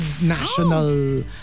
national